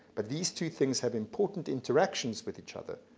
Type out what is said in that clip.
but these two things have important interactions with each other,